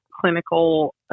clinical